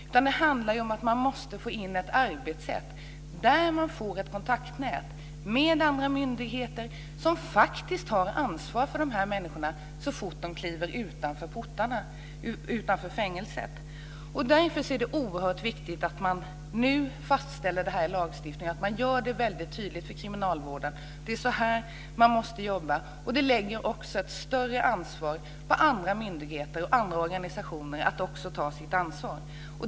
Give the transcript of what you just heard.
I stället handlar det om att få in ett arbetssätt som innebär att man får ett kontaktnät med andra myndigheter som faktiskt tar ansvar för de här människorna så fort de kliver ut från fängelset. Därför är det oerhört viktigt att nu fastställa detta i lagstiftningen och att det görs väldigt tydligt för kriminalvården att det är så här man måste jobba. Det här innebär även en större förpliktelse för andra myndigheter och andra organisationer att också ta sitt ansvar.